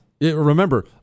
Remember